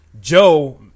Joe